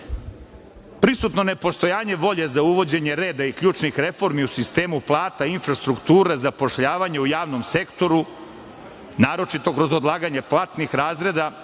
dalje. Prisutno nepostojanje volje za uvođenje reda i ključnih reformi u sistemu plata i infrastrukture, zapošljavanja u javnom sektoru, naročito kroz odlaganje platnih razrada